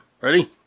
Ready